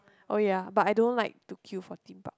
oh ya but I don't like to queue for Theme Park